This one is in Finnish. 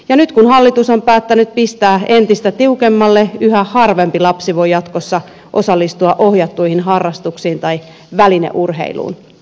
ja nyt kun hallitus on päättänyt pistää entistä tiukemmalle yhä harvempi lapsi voi jatkossa osallistua ohjattuihin harrastuksiin tai välineurheiluun